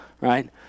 right